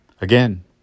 Again